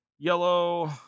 Yellow